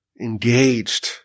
engaged